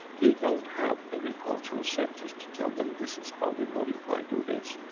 they don't have agricultural centers to tell them this is how we modify. do this.